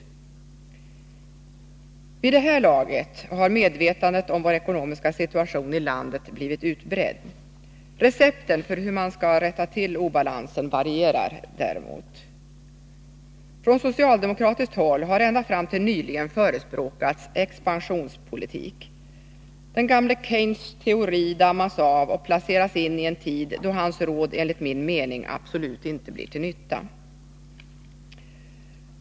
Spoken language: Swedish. Vid det här laget har medvetandet om vår ekonomiska situation i landet blivit utbrett. Recepten för hur man skall rätta till obalansen varierar däremot. Från socialdemokratiskt håll har ända till nyligen förespråkats expansionspolitik. Den gamle Keynes teori dammas av och placeras in i en tid, då hans råd, enligt min mening, absolut inte blir till nytta.